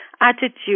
attitude